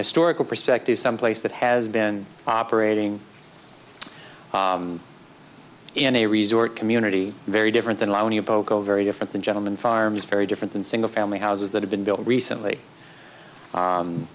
historical perspective some place that has been operating in a resort community very different than lonia boko very different than gentleman farms very different than single family houses that have been built recently